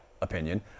opinion